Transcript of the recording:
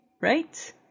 right